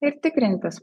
ir tikrintis